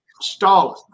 Stalin